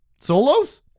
Solos